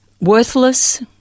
worthless